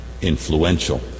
influential